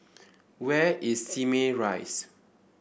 where is Simei Rise